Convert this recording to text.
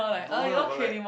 no lah but like